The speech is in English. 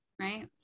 right